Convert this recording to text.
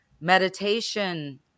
meditation